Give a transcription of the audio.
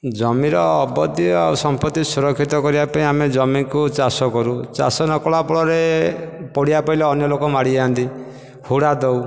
ଜମିର ଅବଧି ଆଉ ସମ୍ପତ୍ତି ସୁରକ୍ଷିତ କରିବା ପାଇଁ ଆମେ ଜମିକୁ ଚାଷ କରୁ ଚାଷ ନ କଲା ଫଳରେ ପଡ଼ିଆ ପଡ଼ିଲେ ଅନ୍ୟ ଲୋକ ମାଡ଼ିଯାଆନ୍ତି ହୁଡ଼ା ଦେଉ